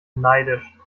neidisch